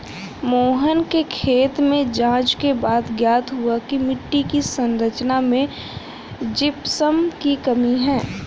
मोहन के खेत में जांच के बाद ज्ञात हुआ की मिट्टी की संरचना में जिप्सम की कमी है